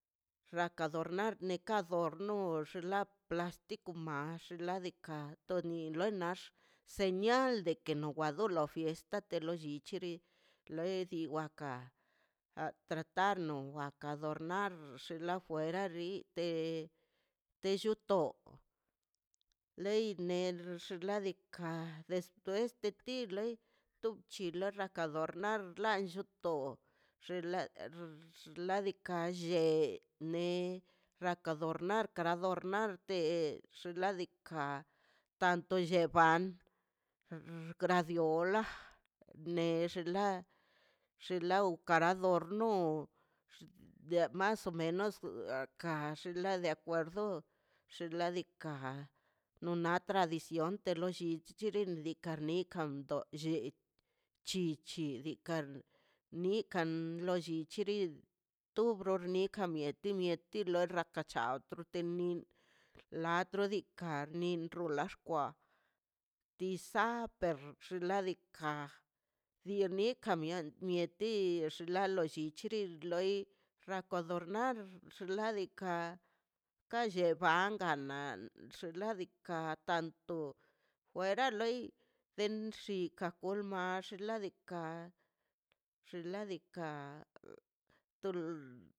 Rraka adornar neka adorno xlap la plastiko na xnaꞌ diikaꞌ to nin le nax señal de ke no wa lo do nox te lo llichiri lei di wakan tratano ka adornar xin la fuera brite te lluto lei ner xinladika despues de ti to bchile rraka adornar lalloto xinla nadika llene rraka adornar adornar te xnaꞌ diikaꞌ tanto lleban gradiola nex xinla xinla ukara dorno de más o menos xinla de acuerdo xinladika no nan tradicion te lo llichirini dikar nikan ndo llichirik tar nikan lo llichiri tu bror nikan mieti mieti lo rekan ne chaw retan nin latro dikan arnin la xkwa tisa per xinladika dirnikan mieti xla lo llichiri loi rrako adornar xladika kalle mbambala an xinladika tanto fuera loi ben xinka gol max xinladika xinladika to l.